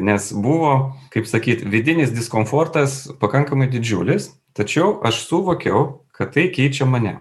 nes buvo kaip sakyt vidinis diskomfortas pakankamai didžiulis tačiau aš suvokiau kad tai keičia mane